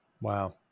Wow